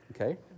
Okay